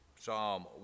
Psalm